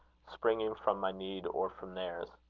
springing from my need or from theirs.